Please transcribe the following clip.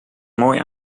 mooi